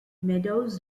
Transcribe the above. meadows